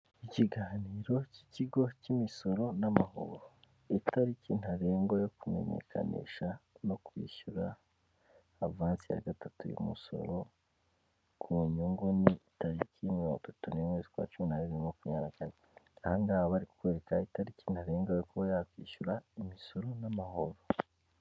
Ikiganiro cy'ikigo cy'imisoro n'amahoro. Itariki ntarengwa yo kumenyekanisha no kwishyura avansi ya gatatu y'umusoro ku nyungu, ni tariki mirongo itatu n'imwe z' ukwa cumi n'abiri bibiri na makumyabiri na kane. Aha ngaha baba bari kukwereka itariki ntarengwa yo kuba yakwishyura imisoro n'amahoro.